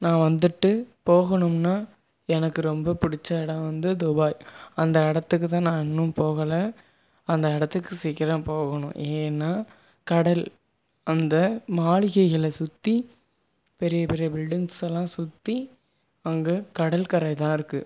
நான் வந்துட்டு போகணும்னால் எனக்கு ரொம்ப பிடிச்ச இடம் வந்து துபாய் அந்த இடத்துக்கு தான் நான் இன்னும் போகலை அந்த இடத்துக்கு சீக்கிரம் போகணும் ஏன்னால் கடல் அந்த மாளிகைகளை சுற்றி பெரிய பெரிய பில்டிங்ஸ் எல்லாம் சுற்றி அங்க கடற்கரை தான் இருக்குது